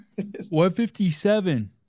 157